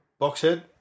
Boxhead